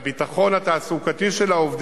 על הביטחון התעסוקתי של העובדים.